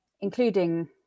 Including